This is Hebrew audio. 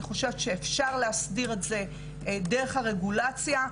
אני חושבת שאפשר להסדיר את זה דרך הרגולציה.